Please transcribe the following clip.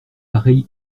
pareille